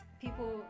people